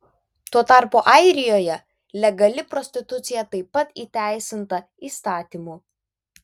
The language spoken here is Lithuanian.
tuo tarpu airijoje legali prostitucija taip pat įteisinta įstatymu